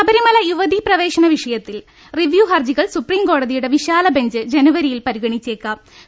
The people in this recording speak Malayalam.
ശബരിമല യുവതീപ്രവേശന വിഷയത്തിൽ റിവ്യൂഹർജികൾ സുപ്രീംകോടതിയുടെ വിശാലബെഞ്ച് ജനുവരിയിൽ പരിഗണി ച്ചേക്കും